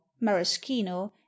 maraschino